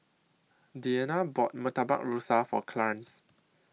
Deanna bought Murtabak Rusa For Clarnce